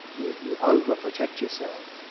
you you over-protect yourself.